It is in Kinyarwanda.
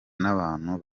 n’abantu